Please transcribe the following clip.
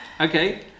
okay